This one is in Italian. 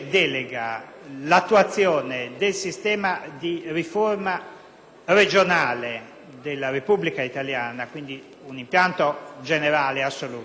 di riforma regionale della Repubblica italiana, quindi un impianto generale assoluto, fu fatto senza valutazioni di impatto, presupponendo che quelle erano